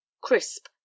crisp